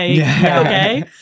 okay